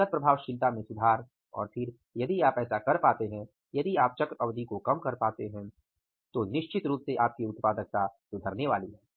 लागत प्रभावशीलता में सुधार और फिर यदि आप ऐसा कर पाते हैं यदि आप चक्र अवधि को कम कर पाते हैं तो निश्चित रूप से आपकी उत्पादकता सुधरनेवाली है